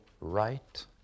right